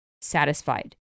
satisfied